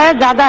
and da